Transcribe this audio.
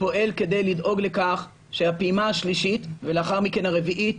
פועל כדי לדאוג לכך שהפעימה השלישית ולאחר מכן הרביעית